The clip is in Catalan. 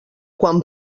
quan